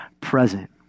present